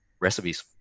recipes